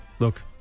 Look